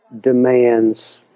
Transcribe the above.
demands